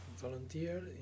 volunteer